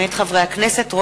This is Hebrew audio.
מאת חברי הכנסת שלמה מולה,